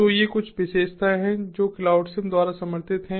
तो ये कुछ विशेषताएं हैं जो क्लाउडसिम द्वारा समर्थित हैं